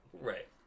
Right